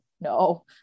no